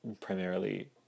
primarily